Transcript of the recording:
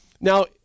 Now